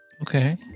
Okay